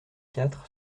quatre